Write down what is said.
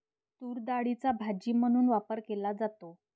तूरडाळीचा भाजी म्हणून वापर केला जातो